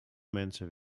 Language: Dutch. mensen